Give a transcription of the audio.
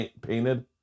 painted